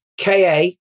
KA